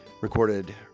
recorded